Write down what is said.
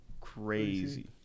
crazy